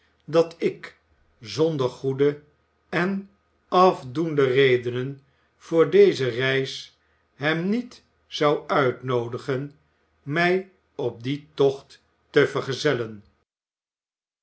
dat ik zonder goede en afdoende redenen voor deze reis hem niet zou uitnoodigen mij op dien tocht te vergezellen